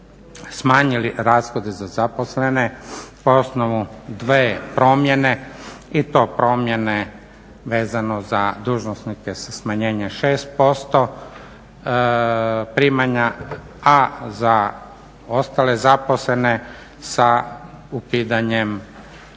smanjili rashode za zaposlene po osnovu dvije promjene i to promjene vezano za dužnosnike sa smanjenjem 6% primanja, a za ostale zaposlene sa ukidanjem